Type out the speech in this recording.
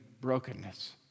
brokenness